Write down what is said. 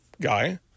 guy